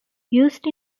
used